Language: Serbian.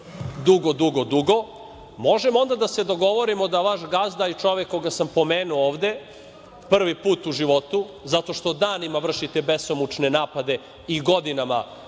dugo, dugo, dugo. Možemo onda da se dogovorimo da vaš gazda i čovek koga sam pomenuo ovde prvi put u životu zato što danima vršite besomučne napade, i godinama, na